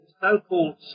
so-called